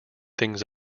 things